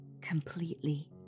completely